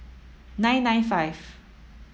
nine nine five